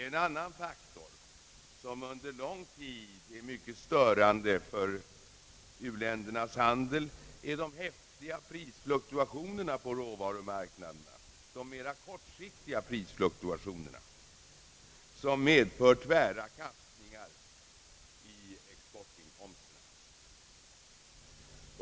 En annan faktor som under lång tid verkat mycket störande på u-ländernas handel är de mera kortsiktiga prisfluktuationerna på råvarumarknaderna, som medför tvära kastningar i export inkomsterna.